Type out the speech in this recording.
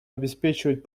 обеспечивать